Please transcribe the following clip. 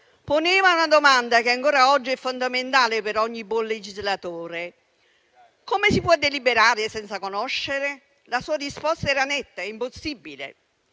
poneva una domanda che ancora oggi è fondamentale per ogni buon legislatore: come si può deliberare senza conoscere? La sua risposta era netta: è impossibile.